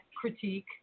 critique